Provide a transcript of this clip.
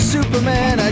Superman